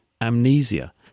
amnesia